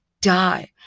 die